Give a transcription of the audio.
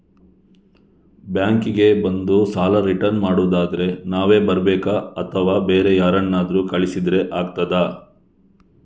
Bank ಗೆ ಬಂದು ಸಾಲ ರಿಟರ್ನ್ ಮಾಡುದಾದ್ರೆ ನಾವೇ ಬರ್ಬೇಕಾ ಅಥವಾ ಬೇರೆ ಯಾರನ್ನಾದ್ರೂ ಕಳಿಸಿದ್ರೆ ಆಗ್ತದಾ?